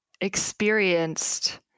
experienced